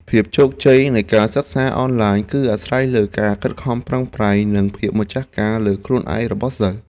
ភាពជោគជ័យនៃការសិក្សាអនឡាញ គឺអាស្រ័យទៅលើការខិតខំប្រឹងប្រែងនិងភាពម្ចាស់ការលើខ្លួនឯងរបស់សិស្ស។